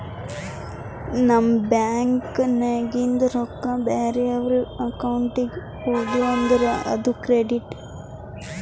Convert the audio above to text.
ನಮ್ ಬ್ಯಾಂಕ್ ನಾಗಿಂದ್ ರೊಕ್ಕಾ ಬ್ಯಾರೆ ಅವ್ರ ಅಕೌಂಟ್ಗ ಹೋದು ಅಂದುರ್ ಅದು ಕ್ರೆಡಿಟ್